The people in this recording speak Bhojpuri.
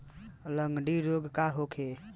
लगंड़ी रोग का होखे?